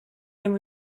and